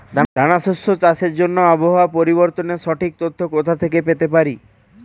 দানা শস্য চাষের জন্য আবহাওয়া পরিবর্তনের সঠিক তথ্য কোথা থেকে পেতে পারি?